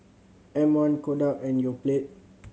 M One Kodak and Yoplait